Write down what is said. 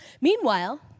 Meanwhile